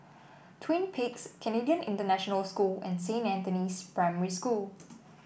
Twin Peaks Canadian International School and Saint Anthony's Primary School